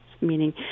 meaning